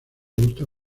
gusta